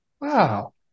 Wow